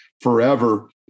forever